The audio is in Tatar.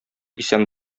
исән